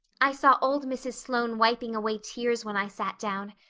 i saw old mrs. sloane wiping away tears when i sat down.